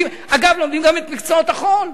אגב, לומדים גם את מקצועות החול.